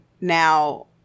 Now